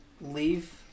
leave